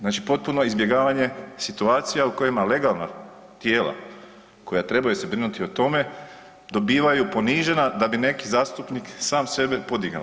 Znači potpuno izbjegavanje situacija u kojima legalna tijela koja trebaju se brinuti o tome dobivaju ponižena da bi neki zastupnik sam sebe podignuo.